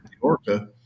Orca